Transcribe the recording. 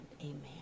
amen